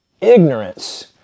ignorance